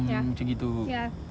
ya ya